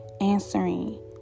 answering